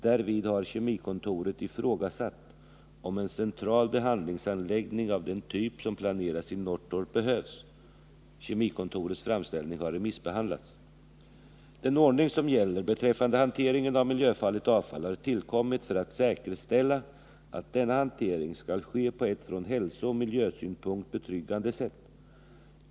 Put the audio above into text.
Därvid har Kemikontoret ifrågasatt om en central behandlingsanläggning av den typ som planeras i Norrtorp behövs. Kemikontorets framställning har remissbehandlats. Den ordning som gäller beträffande hanteringen av miljöfarligt avfall har tillkommit för att säkerställa hanteringen på ett från hälsooch miljösynpunkt betryggande sätt.